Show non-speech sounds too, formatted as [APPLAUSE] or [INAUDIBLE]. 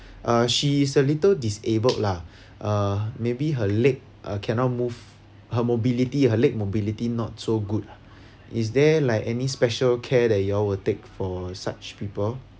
uh she is a little disabled lah [BREATH] uh maybe her leg uh cannot move her mobility her leg mobility not so good lah is there like any special care that you all will take for such people